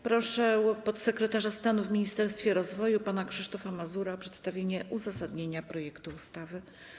Proszę podsekretarza stanu w Ministerstwie Rozwoju pana Krzysztofa Mazura o przedstawienie uzasadnienia projektu ustawy.